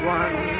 one